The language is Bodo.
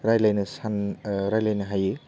रायलायनो सान रायलायनो हायो